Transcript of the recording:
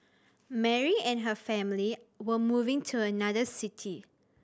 Mary and her family were moving to another city